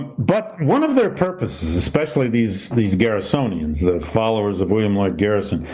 but but one of their purposes, especially these these garrisonians, the followers of william lloyd garrison,